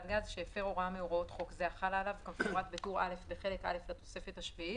עליו, כמפורט בטור א' בחלק א' לתוספת השביעית,